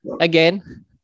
again